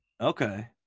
Okay